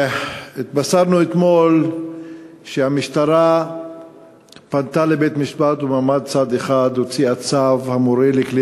התבשרנו אתמול שהמשטרה פנתה לבית-משפט ובמעמד צד אחד הוציאה צו המורה לכלי